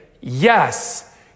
yes